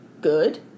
good